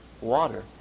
water